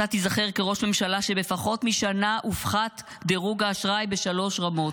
אתה תיזכר כראש ממשלה שבפחות משנה הופחת דירוג האשראי בשלוש רמות.